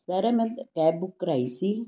sir ਇਹ ਮੈਂ cab book ਕਰਵਾਈ ਸੀ